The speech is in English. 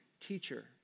teacher